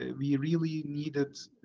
ah we really needed